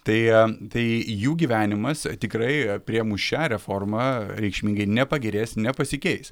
tai tai jų gyvenimas tikrai priėmus šią reformą reikšmingai nepagerės nepasikeis